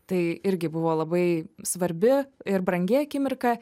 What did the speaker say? tai irgi buvo labai svarbi ir brangi akimirka